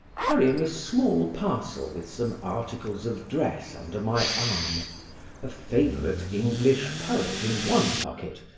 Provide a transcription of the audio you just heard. carrying a small parcel with some articles of dress under my arm a favourite english poet in one pocket,